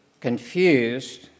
confused